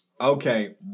Okay